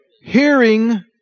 Hearing